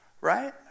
Right